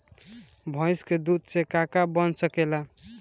भइस के दूध से का का बन सकेला?